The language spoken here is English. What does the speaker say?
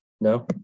No